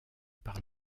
par